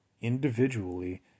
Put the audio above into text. individually